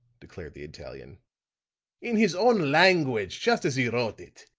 declared the italian in his own language, just as he wrote it.